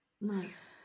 nice